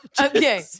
Okay